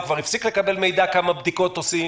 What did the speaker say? הוא כבר הפסיק לקבל מידע כמה בדיקות עושים,